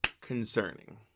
concerning